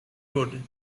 good